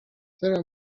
چرا